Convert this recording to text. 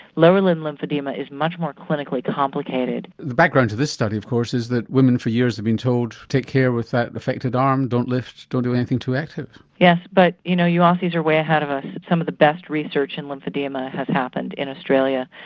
lower limb lymphoedema is much more clinically complicated. the background to this study of course is that women for years have been told take care with that affected arm don't lift, don't do anything too active. yes, but you know, you aussies are way ahead of us. ah some of the best research in lymphoedema has happened in australia.